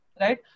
right